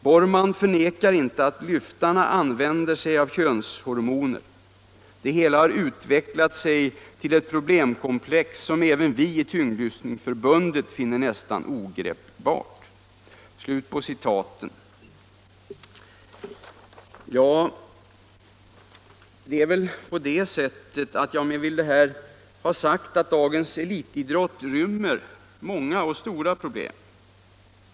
Borrman förnekar inte att lyftarna använder sig av könshormoner: - Det hela har utvecklat sig till ett problemkomplex som även vi i tyngdlyftningsförbundet finner nästan ogreppbart.” Med det anförda vill jag ha sagt att dagens elitidrott rymmer många och stora problem.